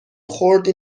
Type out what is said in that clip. خردی